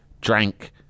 drank